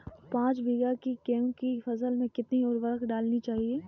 पाँच बीघा की गेहूँ की फसल में कितनी उर्वरक डालनी चाहिए?